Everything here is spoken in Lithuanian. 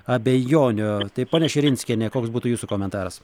abejonių tai ponia širinskiene koks būtų jūsų komentaras